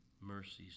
mercies